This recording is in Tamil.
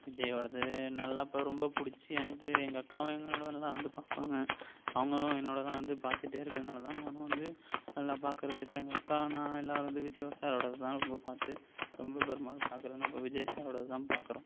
விஜய்யோடது நல்லா இப்போ ரொம்ப பிடிச்சி எனக்கு எங்கள் அக்காவும் எங்களோடவே நல்லா வந்து பார்ப்பாங்க அவங்களும் என்னோடய தான் வந்து பார்த்துட்டே இருக்கதனால தான் நானும் வந்து எல்லா பார்க்கறது இப்போ எங்கள் அக்கா நான் எல்லாரும் வந்து விஜய் சாரோடது தான் ரொம்ப பார்த்து ரொம்ப பெரும்பாலும் பார்க்கறதுனா இப்போ விஜய் சாரோடது தான் பார்க்குறோம்